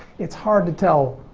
it's hard to tell,